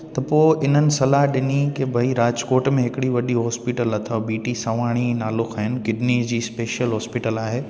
त पोइ इन्हनि सलाह ॾिनी की भई राजकोट में हिकिड़ी वॾी हॉस्पिटल अथव बी टी सावाणी नालो खयुनि किडनीअ जी स्पेशल हॉस्पिटल आहे